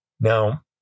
Now